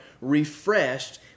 refreshed